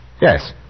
Yes